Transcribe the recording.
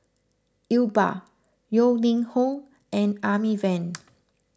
Iqbal Yeo Ning Hong and Amy Van